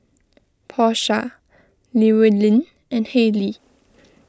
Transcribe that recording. Porsha Llewellyn and Halley